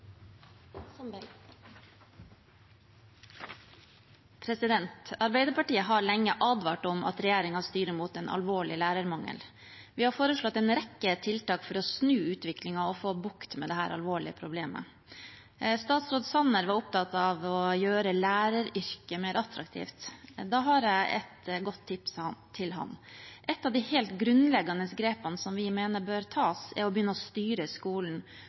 3 minutter. Arbeiderpartiet har lenge advart om at regjeringen styrer mot en alvorlig lærermangel. Vi har foreslått en rekke tiltak for å snu utviklingen og få bukt med dette alvorlige problemet. Statsråd Sanner var opptatt av å gjøre læreryrket mer attraktivt. Da har jeg et godt tips til ham: Et av de helt grunnleggende grepene som vi mener bør tas, er å begynne å styre skolen